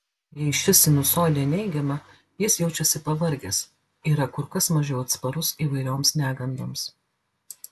jei ši sinusoidė neigiama jis jaučiasi pavargęs yra kur kas mažiau atsparus įvairioms negandoms